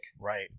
Right